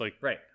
Right